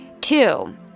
Two